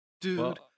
Dude